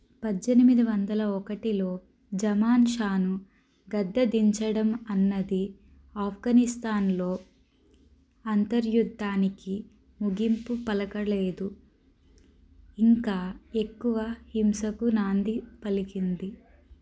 పద్దెనిమిది వందల ఒకటిలో జమాన్ షాను గద్దె దించడం అన్నది ఆఫ్ఘనిస్తాన్లో అంతర్యుద్ధానికి ముగింపు పలకలేదు ఇంకా ఎక్కువ హింసకు నాంది పలికింది